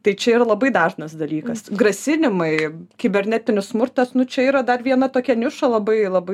tai čia yra labai dažnas dalykas grasinimai kibernetinis smurtas nu čia yra dar viena tokia niša labai labai